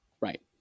Right